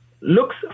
looks